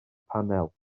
panel